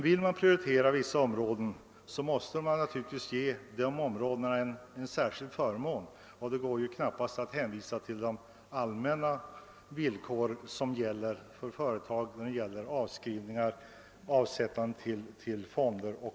Vill man prioritera vissa områden, måste man naturligtvis ge dem en särskild förmån, och det går ju knap past att hänvisa till de allmänna villkoren för företagen vad beträffar avskrivningar, avsättning till fonder o. s. v.